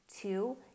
Two